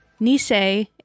Nisei